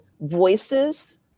voices